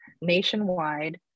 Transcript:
nationwide